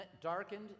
darkened